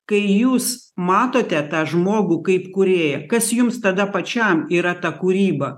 kai jūs matote tą žmogų kaip kūrėją kas jums tada pačiam yra ta kūryba